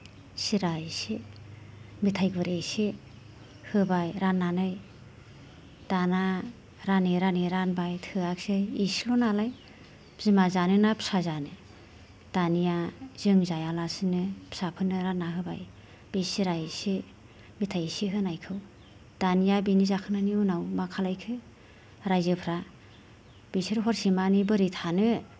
सिरा एसे मेथाइ गुरि एसे होबाय राननानै दाना रानै रानै रानबाय थोआसै एसेल' नालाय बिमा जानो ना फिसा जानो दानिया जों जायालासेनो फिसाफोरनो रानना होबाय बे सिरा एसे मेथाय एसे होनायखौ दानिया बेनि जाखांनायनि उनाव मा खालायखो राइजोफ्रा बेसोर हरसे मानि बोरै थानो